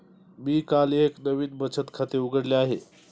मी काल एक नवीन बचत खाते उघडले आहे